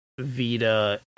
Vita